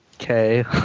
Okay